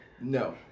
no